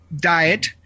diet